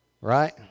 right